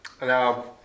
Now